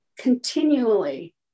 continually